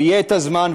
ויהיה הזמן,